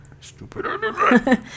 Stupid